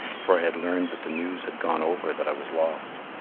for i had learnt that the news had gone over that i was lost.